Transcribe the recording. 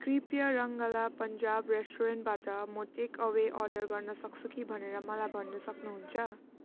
कृपया रङ्गला पन्जाब रेस्टुरेन्टबाट म टेकअवे अर्डर गर्नसक्छु कि भनेर मलाई भन्न सक्नुहुन्छ